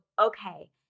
okay